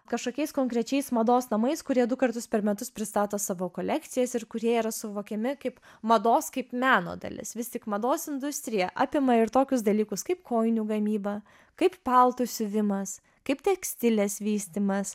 kažkokiais konkrečiais mados namais kurie du kartus per metus pristato savo kolekcijas ir kurie yra suvokiami kaip mados kaip meno dalis vis tik mados industrija apima ir tokius dalykus kaip kojinių gamyba kaip paltų siuvimas kaip tekstilės vystymas